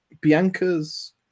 bianca's